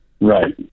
Right